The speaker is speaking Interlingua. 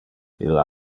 illa